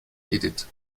edith